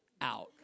out